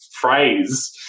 phrase